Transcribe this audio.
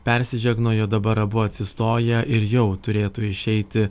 persižegnojo dabar abu atsistoja ir jau turėtų išeiti